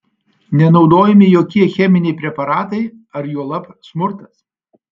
nenaudojami jokie cheminiai preparatai ar juolab smurtas